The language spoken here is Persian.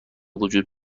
وجود